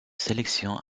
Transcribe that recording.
sélection